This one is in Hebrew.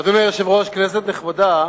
אדוני היושב-ראש, כנסת נכבדה,